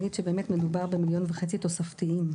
מדובר ב-1.5 מיליון שקל תוספתיים.